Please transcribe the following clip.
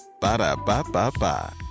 Ba-da-ba-ba-ba